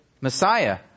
Messiah